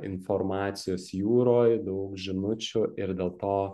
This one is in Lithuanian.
informacijos jūroj daug žinučių ir dėl to